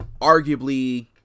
arguably